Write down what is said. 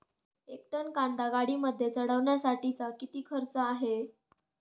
एक टन कांदा गाडीमध्ये चढवण्यासाठीचा किती खर्च आहे?